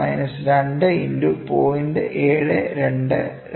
3605 mm T 25